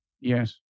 Yes